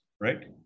right